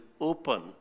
open